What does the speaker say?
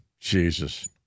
Jesus